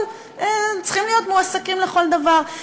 אבל הם צריכים להיות מועסקים לכל דבר.